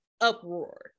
uproar